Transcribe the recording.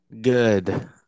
Good